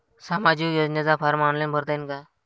सामाजिक योजनेचा form online भरता येईन का?